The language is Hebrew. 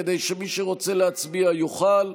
כדי שמי שרוצה להצביע יוכל.